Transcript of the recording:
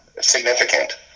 significant